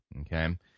okay